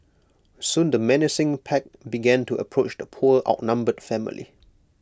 soon the menacing pack began to approach the poor outnumbered family